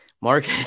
Mark